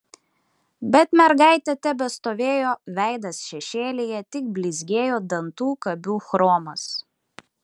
bet mergaitė tebestovėjo veidas šešėlyje tik blizgėjo dantų kabių chromas